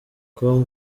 com